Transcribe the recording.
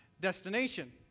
destination